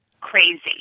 crazy